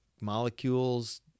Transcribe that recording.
molecules